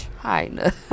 China